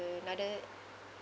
another